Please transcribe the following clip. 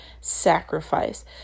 sacrifice